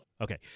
Okay